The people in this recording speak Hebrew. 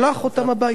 שלח אותם הביתה.